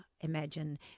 imagine